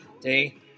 day